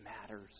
matters